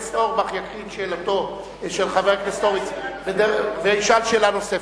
הכנסת אורבך יקריא את שאלתו של חבר הכנסת הורוביץ וישאל שאלה נוספת.